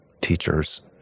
teachers